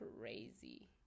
crazy